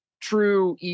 true